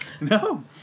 No